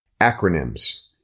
Acronyms